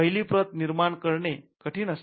पहिली प्रत निर्माण करणे कठीण असते